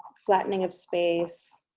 flattening of space.